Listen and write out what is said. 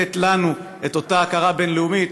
לתת לנו את אותה הכרה בין-לאומית.